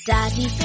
Daddy